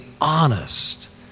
honest